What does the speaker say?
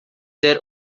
their